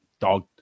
dog